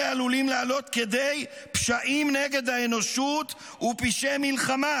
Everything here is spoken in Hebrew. מעשים אלה עלולים לעלות כדי פשעים נגד האנושות ופשעי מלחמה